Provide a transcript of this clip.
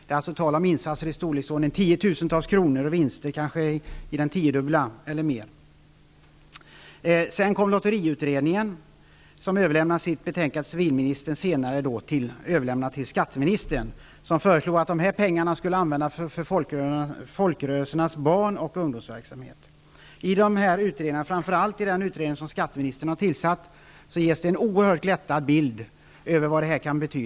Det talas om insatser i storleksordningen tiotusentals kronor och tiodubbla eller större vinster. Sedan kom lotteriutredningen som överlämnade sitt betänkande till civilministern. Sedermera överlämmnades detta till skatteministern. Det föreslogs att dessa pengar skulle användas för folkrörelsernas barn och ungdomsverksamhet. I dessa utredningar -- och framför allt i den utredning som skatteministern har tillsatt -- ges en oerhört glättad bild över vad det här kan betyda.